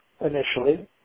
initially